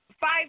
five